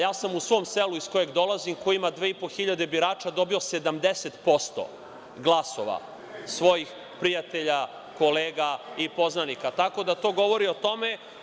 Ja sam u svom selu iz kojeg dolazim, koje ima dve i po hiljade birača, dobio 70% glasova svojih prijatelja, kolega i poznanika, tako da to govori o tome.